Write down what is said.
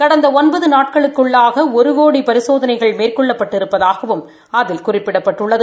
கடந்த ஒன்பது நாட்களுக்குள்ளாக ஒரு கோடி பரிசோதனைகள் மேற்கொள்ளப்பட்டிருப்பதாகவும் அதில் குறிப்பிடப்பட்டுள்ளது